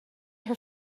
her